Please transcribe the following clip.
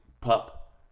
pup